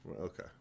Okay